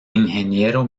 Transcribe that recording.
ingeniero